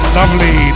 lovely